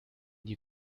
die